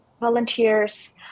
volunteers